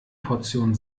portion